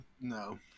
No